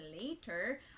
later